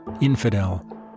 infidel